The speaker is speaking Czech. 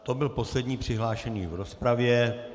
To byl poslední přihlášený v rozpravě.